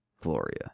Gloria